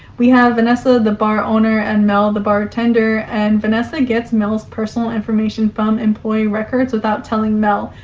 we have vanessa, the bar owner, and mel, the bartender, and vanessa gets mel's personal information from employee records without telling mel.